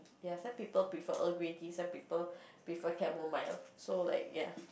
ya some people prefer Earl Grey tea some people prefer camomile so like ya